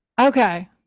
okay